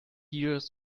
years